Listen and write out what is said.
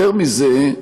יותר מזה,